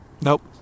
Nope